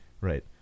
Right